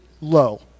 low